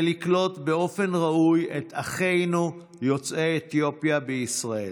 לקלוט באופן ראוי את אחינו יוצאי אתיופיה בישראל.